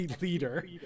leader